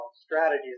strategies